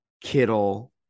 Kittle